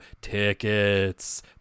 tickets